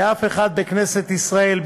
לאף אחד בכנסת ישראל,